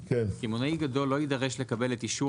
"קמעונאי גדול לא יידרש לקבל את אישור